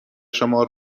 شما